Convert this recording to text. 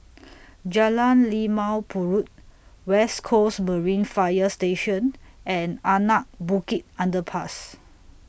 Jalan Limau Purut West Coast Marine Fire Station and Anak Bukit Underpass